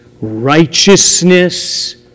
righteousness